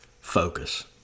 focus